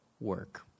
work